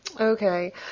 Okay